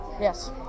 Yes